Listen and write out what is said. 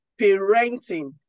parenting